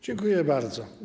Dziękuję bardzo.